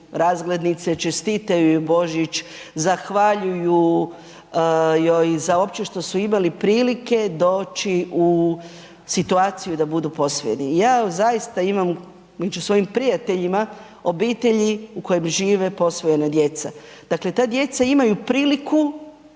razglednice, čestitaju joj Božić, zahvaljuju joj za opće što su imali prilike doći u situaciju da budu posvojeni. Ja zaista imam među u svojim prijateljima obitelji u kojim žive posvojena djeca. Dakle, ta djeca imaju priliku